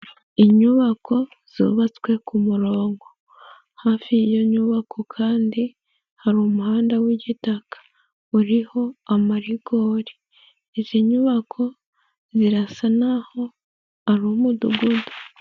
Inyubako zubatswe ku murongo. Hafi y'iyo nyubako kandi hari umuhanda w'igitaka uriho amarigori. Izi nyubako zirasa naho ari umudugudu.